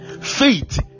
Faith